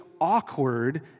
awkward